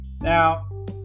Now